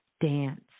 dance